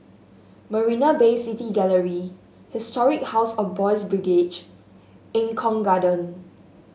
Marina Bay City Gallery Historic House of Boys' Brigade Eng Kong Garden